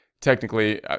technically